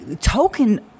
token